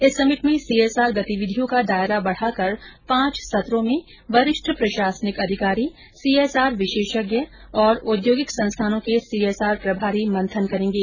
इस समिट में सीएसआर गतिविधियों का दायरा बढ़ाकर पांच सत्रों में वरिष्ठ प्रशासनिक अधिकारी सीएसआर विशेषज्ञ और औद्योगिक संस्थानों के सीएसआर प्रभारी मंथन करेंगे